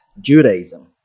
Judaism